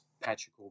Patrick